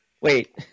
wait